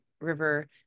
river